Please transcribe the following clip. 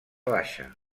baixa